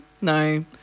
no